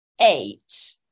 eight